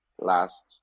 last